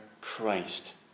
Christ